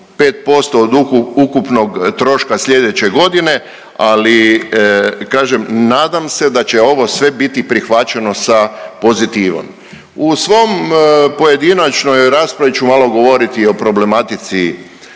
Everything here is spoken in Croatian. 5% od ukupnog troška sljedeće godine. Ali kažem nadam se da će ovo sve biti prihvaćeno sa pozitivom. U svom pojedinačnoj raspravi ću malo govoriti o problematici